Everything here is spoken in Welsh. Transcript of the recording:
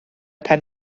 pen